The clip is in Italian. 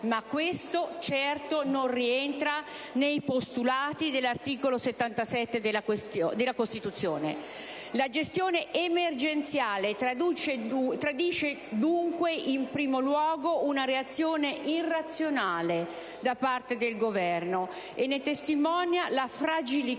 ma questo certo non rientra nei postulati dell'articolo 77 della Costituzione. La gestione emergenziale tradisce dunque, in primo luogo, una reazione irrazionale da parte del Governo e testimonia la fragilità di